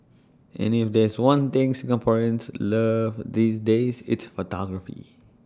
and if there's one thing Singaporeans love these days it's photography